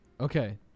Okay